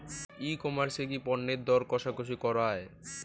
ই commerce এ কি পণ্যের দর কশাকশি করা য়ায়?